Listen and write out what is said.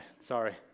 sorry